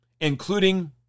including